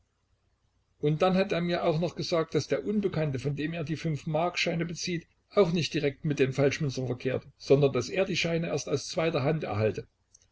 und dann hat er mir auch noch gesagt daß der unbekannte von dem er die fünfmarkscheine bezieht auch nicht direkt mit den falschmünzern verkehrt sondern daß er die scheine erst aus zweiter hand erhalte